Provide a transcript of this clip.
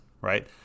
right